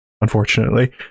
unfortunately